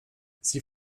sie